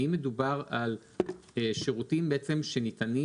האם מדובר על שירותים בעצם שניתנים